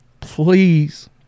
please